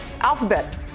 Alphabet